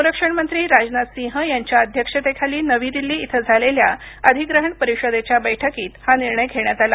संरक्षण मंत्री राजनाथसिंह यांच्या अध्यक्षतेखाली नवी दिल्ली इथं झालेल्या अधिग्रहण परिषदेच्या बैठकीत हा निर्णय घेण्यात आला